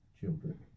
children